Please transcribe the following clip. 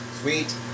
Sweet